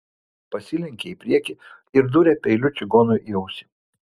pasilenkė į priekį ir dūrė peiliu čigonui į ausį